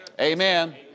Amen